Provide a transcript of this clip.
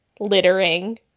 littering